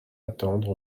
attendre